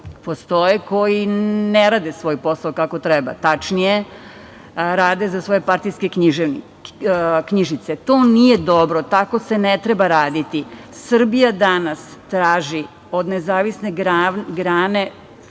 postoje 2% koji ne rade svoj posao kako treba, tačnije, rade za svoje partijske knjižice. To nije dobro. Tako se ne treba raditi. Srbija danas traži od nezavisne grane,